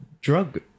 drug